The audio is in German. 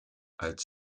als